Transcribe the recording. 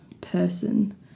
person